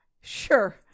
Sure